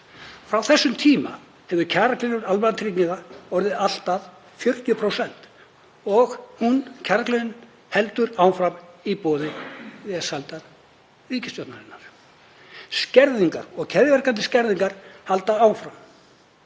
Frá þessum tíma hefur kjaragliðnun almannatrygginga orðið allt að 40% og kjaragliðnun heldur áfram í boði velsældarríkisstjórnarinnar. Skerðingar og keðjuverkandi skerðingar halda áfram.